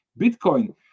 Bitcoin